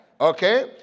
Okay